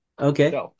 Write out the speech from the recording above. Okay